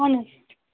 اہن حظ